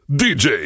dj